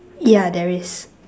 yeah there is